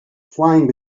flying